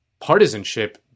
partisanship